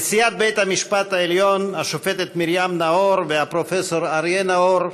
נשיאת בית-המשפט העליון השופטת מרים נאור והפרופ' אריה נאור,